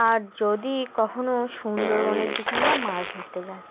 আর যদি কখনও সুন্দরবনের দিকে আমরা মাছ ধরতে যাই